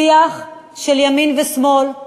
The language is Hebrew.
שיח של ימין ושמאל,